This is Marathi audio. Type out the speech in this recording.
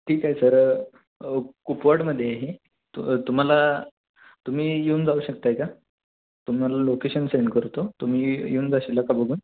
ठीक आहे सर कुपवाडामध्ये आहे हे तु तुम्हाला तुम्ही येऊन जाऊ शकताय का तुम्हाला लोकेशन सेंड करतो तुम्ही येऊन जाशील का बघून